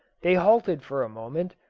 they halted for a moment,